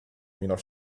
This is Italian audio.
minor